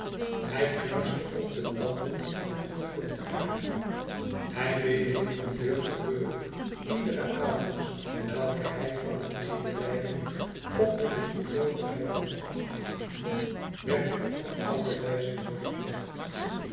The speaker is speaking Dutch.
hij knarste op de tanden en vervloekte haar hij bedelde van deur tot deur ledere aalmoes welke hij van het medelijden of delichtgeloovigheid kon aftroonen werd op de oude wijze doorgebracht